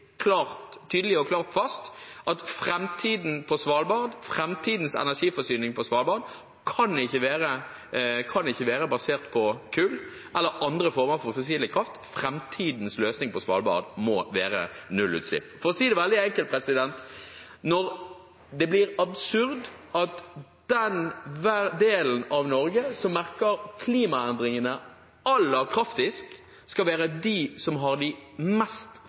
tydelig og klart fast at framtidens energiforsyning på Svalbard ikke kan være basert på kull eller på andre former for fossil kraft. Framtidens løsning på Svalbard må være nullutslipp. For å si det veldig enkelt: Det blir absurd at den delen av Norge som merker klimaendringene aller kraftigst, skal være den som har den mest